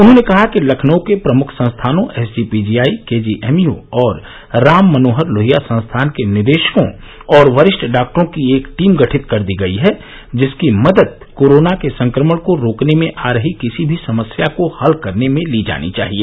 उन्होंने कहा कि लखनऊ के प्रमुख संस्थानों एसजीपीजीआई केजीएमयू और राम मनोहर लोहिया संस्थान के निदेशकों और वरिष्ठ डॉक्टरों की एक टीम गठित कर दी गयी है जिसकी मदद कोरोना के संक्रमण को रोकने में आ रही किसी भी समस्या को हल करने में ली जानी चाहिए